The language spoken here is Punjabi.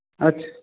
ਅਛ